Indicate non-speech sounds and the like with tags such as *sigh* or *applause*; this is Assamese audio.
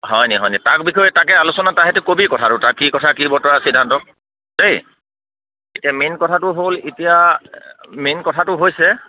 হয়নি হয়নি তাক বিষয়ে তাকে আলোচনা এটা *unintelligible* কবি কথাটো তাত কি কথা কি বতৰা সিদ্ধান্ত দেই এতিয়া মেইন কথাটো হ'ল এতিয়া মেইন কথাটো হৈছে